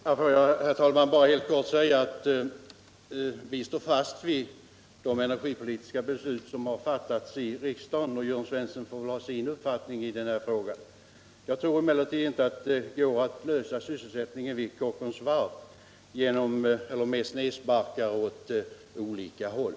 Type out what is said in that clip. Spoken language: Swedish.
Herr talman! Får jag bara helt kort säga att vi står fast vid de energipolitiska beslut som har fattats i riksdagen, och Jörn Svensson får väl ha sin uppfattning i den här frågan. Jag tror emellertid inte att det går att lösa sysselsättningsproblemen vid Kockums varv med snedsparkar åt olika håll.